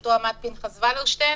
בראשותו עמד פנחס ולרשטיין